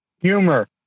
Humor